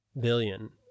billion